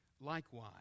likewise